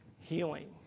healing